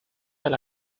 del